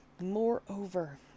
Moreover